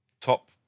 Top